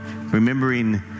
remembering